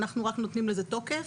אנחנו רק נותנים לזה תוקף.